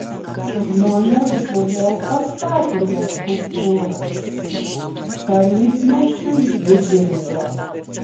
žmonės buvo pastatę jos skulptūrą tarybmečiu ji dingo